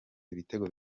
ibitego